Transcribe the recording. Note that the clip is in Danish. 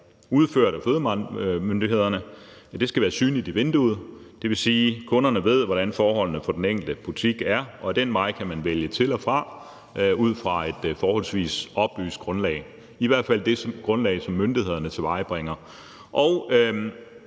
fødevaremyndighederne, skal være synligt i vinduet. Det vil sige, at kunderne ved, hvordan forholdene i den enkelte butik er, og de kan ad den vej vælge til og fra ud fra et forholdsvis oplyst grundlag; det er i hvert fald det grundlag, som myndighederne tilvejebringer.